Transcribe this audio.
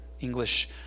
English